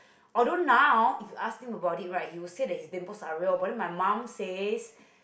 although now if you ask him about it right he will say that his dimples are real but then my mum says